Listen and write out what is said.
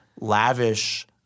lavish